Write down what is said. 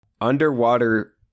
Underwater